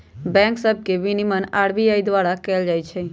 bank सभ के विनियमन आर.बी.आई द्वारा कएल जाइ छइ